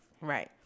Right